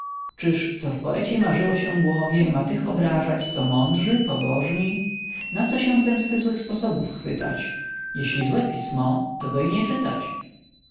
co w poeciej marzyło się głowie ma tych obrażać co mądrzy pobożni na co się zemsty złych sposobów chwytać jeśli złe pismo to go i nie czytać